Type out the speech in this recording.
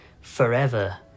forever